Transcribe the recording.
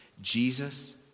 Jesus